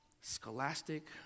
scholastic